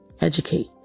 educate